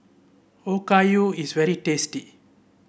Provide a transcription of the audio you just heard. Okayu is very tasty